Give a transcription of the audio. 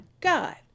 God